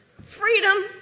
freedom